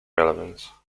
relevance